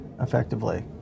effectively